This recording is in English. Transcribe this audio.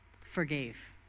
forgave